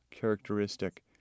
characteristic